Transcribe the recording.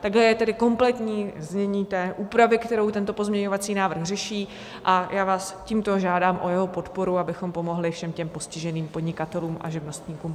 Takhle je tedy kompletní znění úpravy, kterou tento pozměňovací návrh řeší, a já vás tímto žádám o jeho podporu, abychom pomohli všem těm postiženým podnikatelům a živnostníkům.